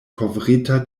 kovrita